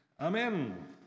Amen